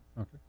Okay